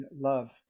love